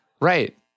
Right